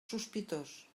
sospitós